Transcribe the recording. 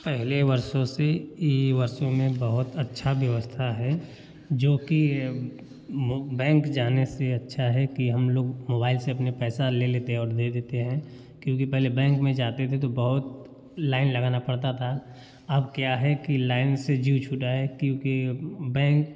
पहले वर्षों से ये वर्षों में बहुत अच्छा व्यवस्था है जो कि बैंक जाने से अच्छा है कि हम लोग मोबाइल से अपने पैसा ले लेते हैं और दे देते हैं क्योंकि पहले बैंक में जाते थे तो बहुत लाइन लगाना पड़ता था अब क्या है कि लाइन से जीव छूटा है क्योंकि बैंक